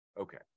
okay